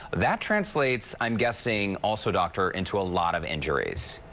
that translates i'm guessing also, doctor, into a lot of injuries.